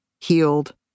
healed